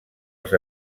els